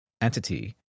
entity